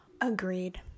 agreed